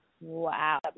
Wow